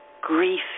grief